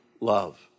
love